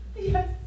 yes